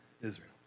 Israel